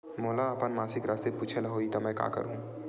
मोला अपन मासिक राशि पूछे ल होही त मैं का करहु?